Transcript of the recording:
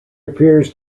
appears